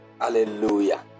Hallelujah